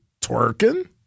Twerking